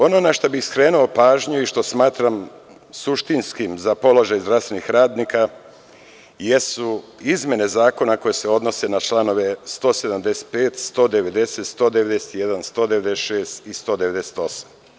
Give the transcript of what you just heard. Ono na šta bih skrenuo pažnju i što smatram suštinskim za položaj zdravstvenih radnika jesu izmene zakona koje se odnose na članove 175, 190, 191, 196. i 198.